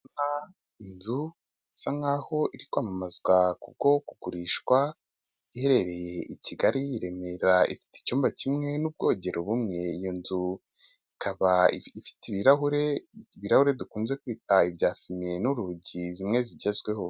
Inzu isa nkaho iri kwamamazwa kubwo kugurishwa, iherereye i Kigali i Remera ifite icyumba kimwe n'ubwogero bumwe, iyo nzu ikaba ifite ibirahure dukunze kwita ibya fime n'urugi zimwe zigezweho.